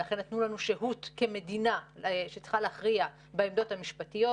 ולכן נתנו לנו שהות כמדינה שצריכה להכריע בעמדות המשפטיות.